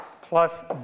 plus